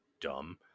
dumb